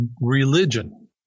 religion